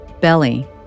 Belly